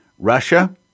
Russia